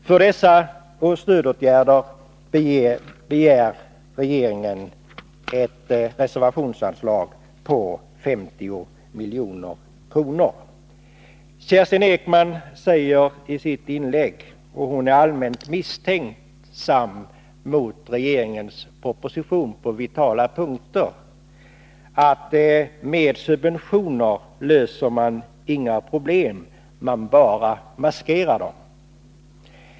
För dessa stödåtgärder begär regeringen ett reservationsanslag på 50 milj.kr. Kerstin Ekman var i sitt inlägg misstänksam mot regeringens proposition på vitala punkter. Hon sade att med subventioner löser man inga problem, man bara maskerar dem.